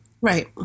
Right